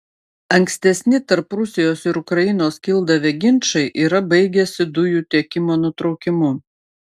ankstesni tarp rusijos ir ukrainos kildavę ginčai yra baigęsi dujų tiekimo nutraukimu